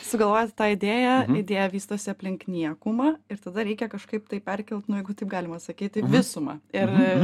sugalvojot tą idėją idėja vystosi aplink niekumą ir tada reikia kažkaip tai perkelt jeigu taip galima sakyt į visumą ir